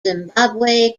zimbabwe